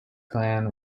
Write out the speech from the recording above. clan